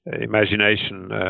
imagination